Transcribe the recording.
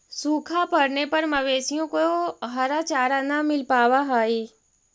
सूखा पड़ने पर मवेशियों को हरा चारा न मिल पावा हई